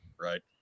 Right